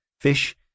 fish